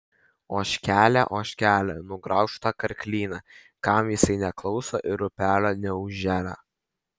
ožkele ožkele nugraužk tą karklyną kam jisai neklauso ir upelio neužželia